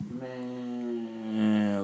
Man